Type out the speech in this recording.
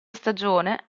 stagione